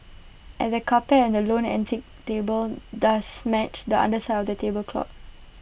and the carpet and the lone antique table does match the underside of the tablecloth